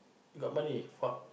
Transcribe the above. got money